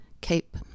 cape